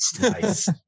Nice